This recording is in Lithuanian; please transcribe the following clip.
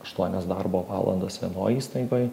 aštuonias darbo valandas vienoj įstaigoj